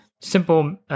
Simple